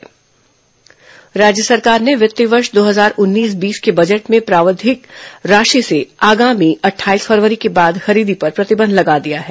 खरीदी प्रतिबंध राज्य सरकार ने वित्तीय वर्ष दो हजार उन्नीस बीस के बजट में प्रावधानिक राशि से आगामी अट्ठाईस फरवरी के बाद खरीदी पर प्रतिबंध लगा दिया है